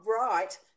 right